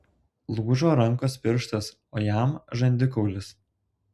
lūžo rankos pirštas o jam žandikaulis